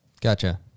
Gotcha